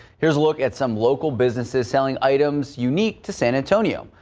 here's a look at some local businesses selling items unique to san antonio.